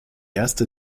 erste